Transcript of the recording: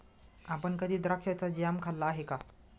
आपण कधी द्राक्षाचा जॅम खाल्ला आहे का?